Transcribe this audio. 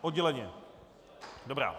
Odděleně, dobrá.